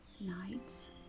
night's